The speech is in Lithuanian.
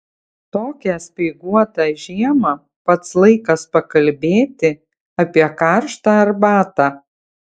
tokią speiguotą žiemą pats laikas pakalbėti apie karštą arbatą